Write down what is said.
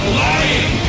lying